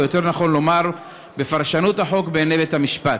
או יותר נכון לומר בפרשנות החוק בעיני בית-המשפט.